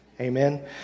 Amen